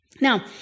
Now